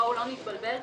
בל נתבלבל.